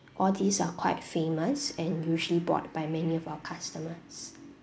all these are quite famous and usually bought by many of our customers